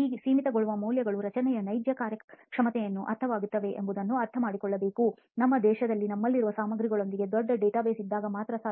ಈ ಸೀಮಿತಗೊಳಿಸುವ ಮೌಲ್ಯಗಳು ರಚನೆಯ ನೈಜ ಕಾರ್ಯಕ್ಷಮತೆಗೆ ಅರ್ಥವಾಗುತ್ತವೆ ಎಂಬುದನ್ನು ಅರ್ಥಮಾಡಿಕೊಳ್ಳುವುದು ನಮ್ಮ ದೇಶದಲ್ಲಿ ನಮ್ಮಲ್ಲಿರುವ ಸಾಮಗ್ರಿಗಳೊಂದಿಗೆ ದೊಡ್ಡ ಡೇಟಾಬೇಸ್ ಇದ್ದಾಗ ಮಾತ್ರ ಸಾಧ್ಯ